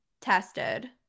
tested